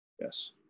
Yes